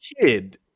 kid